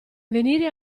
venire